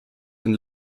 and